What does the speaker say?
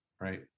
Right